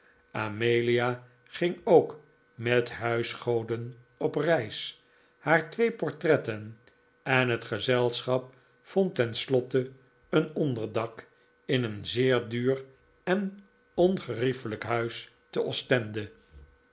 amelia ging ook met huisgoden op reis haar twee portretten i en het gezelschap vond ten slotte een onderdak in een zeer duur en ongeriefelijk huis te ostende